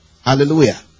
Hallelujah